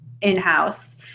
in-house